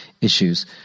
issues